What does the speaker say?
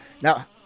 Now